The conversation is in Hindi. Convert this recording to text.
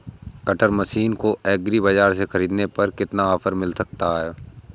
कटर मशीन को एग्री बाजार से ख़रीदने पर कितना ऑफर मिल सकता है?